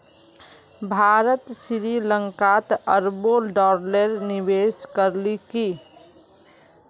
भारत श्री लंकात अरबों डॉलरेर निवेश करील की